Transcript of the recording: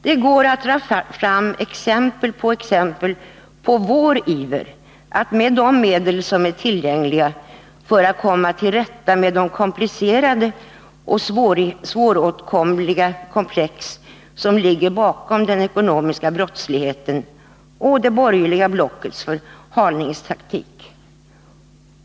Det går att dra fram exempel på exempel som visar på vår iver att med de medel som är tillgängliga försöka komma till rätta med de komplicerade och svåråtkomliga komplex som ligger bakom den ekonomiska brottsligheten och det borgerliga blockets förhalningstaktik.